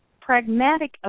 pragmatic